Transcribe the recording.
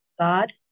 God